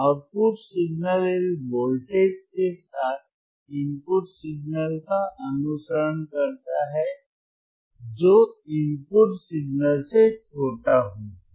output signal एक voltage के साथ इनपुट सिग्नल का अनुसरण करता है जो इनपुट सिग्नल से छोटा होता है